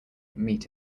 meet